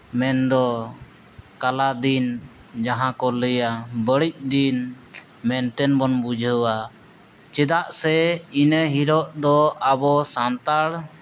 ᱢᱮᱱ ᱫᱚ ᱠᱟᱞᱟ ᱫᱤᱱ ᱡᱟᱦᱟᱸ ᱠᱚ ᱞᱟᱹᱭᱟ ᱵᱟᱹᱲᱤᱡ ᱫᱤᱱ ᱢᱮᱱᱛᱮᱵᱚᱱ ᱵᱩᱡᱷᱟᱹᱣᱟ ᱪᱮᱫᱟᱜ ᱥᱮ ᱤᱱᱟᱹ ᱦᱤᱞᱳᱜ ᱫᱚ ᱟᱵᱚ ᱥᱟᱱᱛᱟᱲ